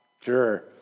Sure